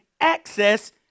access